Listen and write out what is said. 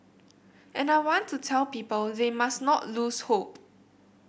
and I want to tell people they must not lose hope